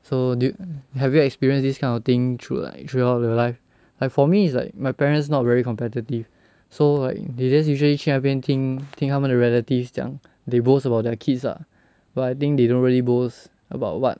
so do you have you experience this kind of thing through like throughout your life like for me is like my parents not very competitive so like they just usually 去那边听听他们的 relatives 讲 they boast about their kids ah but I think they don't really boast about what